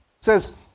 Says